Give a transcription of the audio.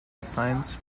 science